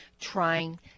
trying